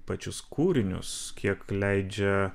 pačius kūrinius kiek leidžia